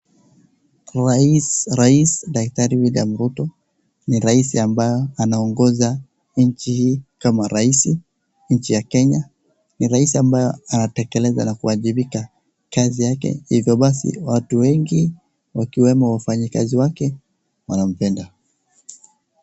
Rais daktari William Ruto ni rais ambayo anaongoza nchi hii kama rais, nchi ya Kenya. Ni rais ambayo anatekeleza na kuwajibika kazi yake hivyo basi watu wengi wakiwemo wafanyikazi wake wanampenda.